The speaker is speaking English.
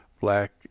Black